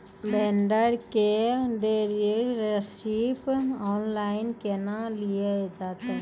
Vendor केर dealership online केहनो लियल जेतै?